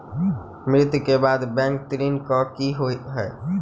मृत्यु कऽ बाद बैंक ऋण कऽ की होइ है?